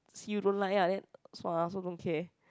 see you don't like ah then so I also don't care